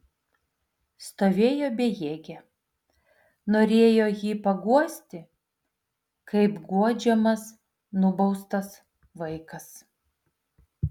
stovėjo bejėgė norėjo jį paguosti kaip guodžiamas nubaustas vaikas